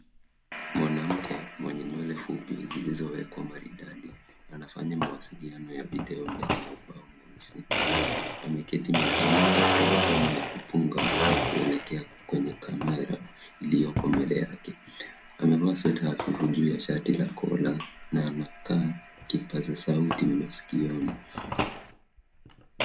Mwanamke mwenye nywele fupi zilizowekwa maridadi. Anafanya mawasiliano ya video mbele ya ubao mweusi. Ameketi mezani akitabasamu na akipunga mkono kuelekea kwenye kamera iliyoko mbele yake. Amevaa sweater ya vifo juu ya shati ya kola na anakaa kipasa sauti masikioni.